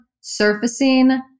surfacing